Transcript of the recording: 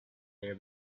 their